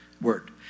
word